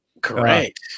Correct